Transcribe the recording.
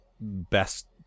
best